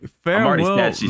farewell